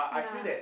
yeah